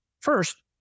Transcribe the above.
first